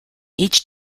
each